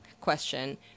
question